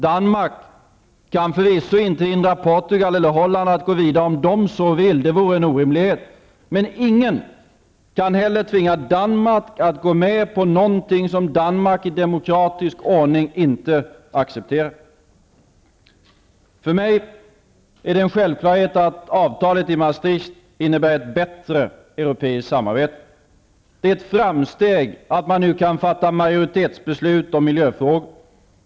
Danmark kan förvisso inte hindra Portugal eller Holland att gå vidare om de så vill -- det vore en orimlighet -- men ingen kan heller tvinga Danmark att gå med på någonting som Danmark i demokratisk ordning inte accepterar. För mig är det en självklarhet att avtalet i Maastricht innebär ett bättre europeiskt samarbete. Det är ett framsteg att man nu kan fatta majoritetsbeslut om miljöfrågor.